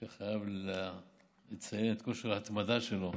שאני חייב לציין את כושר ההתמדה שלו,